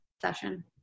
session